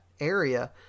Area